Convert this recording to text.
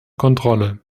kontrolle